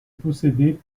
possédé